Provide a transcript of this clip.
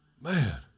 Man